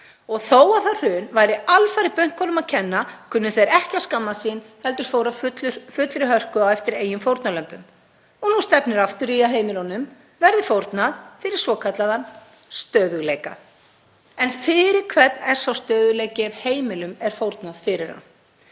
Þó að það hrun væri alfarið bönkunum að kenna kunnu þeir ekki að skammast sín heldur fóru af fullri hörku á eftir eigin fórnarlömbum. Og nú stefnir aftur í að heimilunum verði fórnað fyrir svokallaðan stöðugleika. En fyrir hvern er sá stöðugleiki ef heimilum er fórnað fyrir hann?